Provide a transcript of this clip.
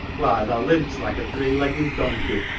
why, tha limps like a three-legged donkey.